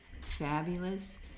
fabulous